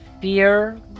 fear